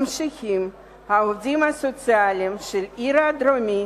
ממשיכים העובדים הסוציאליים של העיר הדרומית